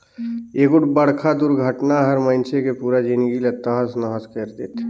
एगोठ बड़खा दुरघटना हर मइनसे के पुरा जिनगी ला तहस नहस कइर देथे